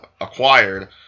acquired